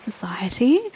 society